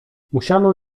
musiano